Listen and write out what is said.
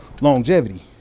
longevity